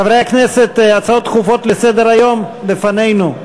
חברי הכנסת, הצעות דחופות לסדר-היום לפנינו.